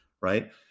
right